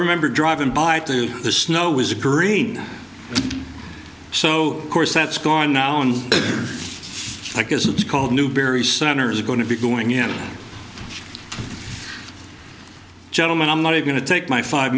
remember driving by the snow was a green so course that's gone now and i guess it's called newberry center is going to be going in gentlemen i'm not going to take my five